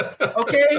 Okay